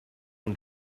own